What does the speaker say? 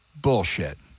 Bullshit